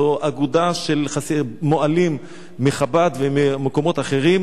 אגודה של מוהלים מחב"ד וממקומות אחרים